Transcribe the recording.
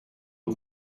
aux